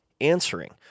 answering